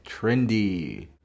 Trendy